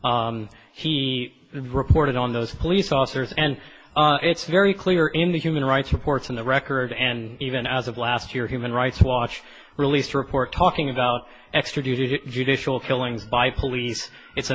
n he reported on those police officers and it's very clear in the human rights reports on the record and even as of last year human rights watch released a report talking about extra duty to judicial killings by police it's a